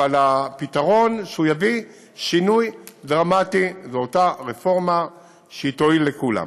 אבל הפתרון שיביא שינוי דרמטי הוא באותה רפורמה שתועיל לכולם.